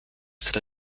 stata